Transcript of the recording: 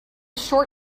short